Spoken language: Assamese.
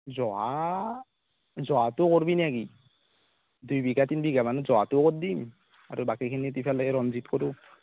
জহা জহাটো কৰিবি নেকি দুই বিঘা তিনি বিঘা মান জহাটো কৰি দিম আৰু বাকীখিনিত দি ফেলে ৰঞ্জিত কৰোঁ